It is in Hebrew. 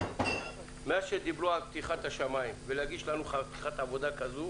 מאז שדיברו על פתיחת השמים ולהגיש לנו חתיכת עבודה כזאת